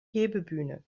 hebebühne